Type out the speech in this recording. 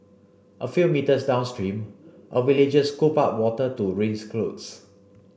a few metres downstream a villager scooped up water to rinse clothes